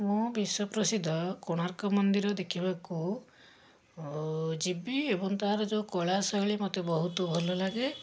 ମୁଁ ବିଶ୍ୱପ୍ରସିଦ୍ଧ କୋଣାର୍କ ମନ୍ଦିର ଦେଖିବାକୁ ଯିବି ଏବଂ ତା'ର ଯେଉଁ କଳାଶୈଳୀ ମୋତେ ବହୁତ ଭଲଲାଗେ